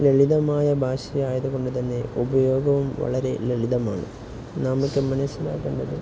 ലളിതമായ ഭാഷയായതുകൊണ്ട് തന്നെ ഉപയോഗവും വളരെ ലളിതമാണ് നാം മനസ്സിലാക്കേണ്ടത്